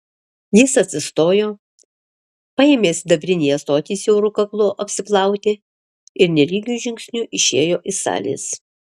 jis atsistojo paėmė sidabrinį ąsotį siauru kaklu apsiplauti ir nelygiu žingsniu išėjo iš salės